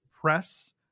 press